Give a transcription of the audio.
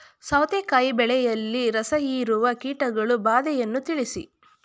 ಸೌತೆಕಾಯಿ ಬೆಳೆಯಲ್ಲಿ ರಸಹೀರುವ ಕೀಟಗಳ ಬಾಧೆಯನ್ನು ತಿಳಿಸಿ?